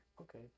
Okay